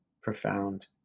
profound